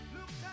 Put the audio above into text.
Look